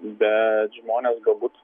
bet žmonės galbūt